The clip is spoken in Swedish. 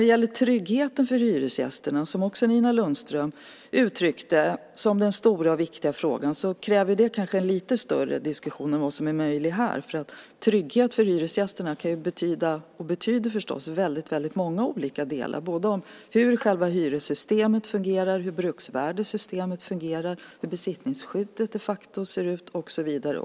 Tryggheten för hyresgästerna, som Nina Lundström också uttryckte som den stora och viktiga frågan, kräver kanske lite större diskussion än vad som är möjligt här. Trygghet för hyresgästerna betyder förstås väldigt många olika saker - hur själva hyressystemet fungerar, hur bruksvärdessystemet fungerar, hur besittningsskyddet de facto ser ut och så vidare.